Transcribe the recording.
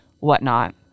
whatnot